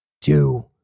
two